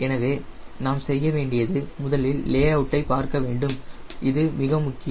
எனவே நாம் செய்ய வேண்டியது முதலில் லேஅவுட்டை பார்க்க வேண்டும் இது மிக முக்கியம்